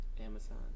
Amazon